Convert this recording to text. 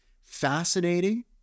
Fascinating